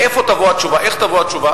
מאיפה תבוא התשובה, איך תבוא התשובה?